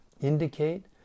indicate